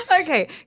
Okay